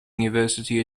university